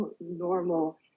normal